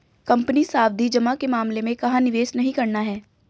Company सावधि जमा के मामले में कहाँ निवेश नहीं करना है?